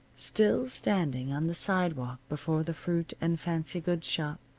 still standing on the sidewalk before the fruit and fancy goods shop,